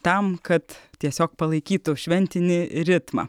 tam kad tiesiog palaikytų šventinį ritmą